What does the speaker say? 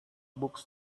books